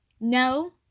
no